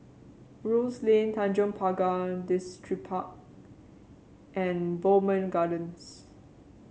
Rose Lane Tanjong Pagar Distripark and Bowmont Gardens